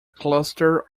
cluster